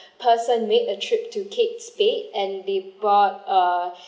person made a trip to kate spade and they bought err